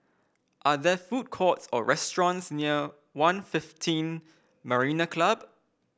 are there food courts or restaurants near One fifteen Marina Club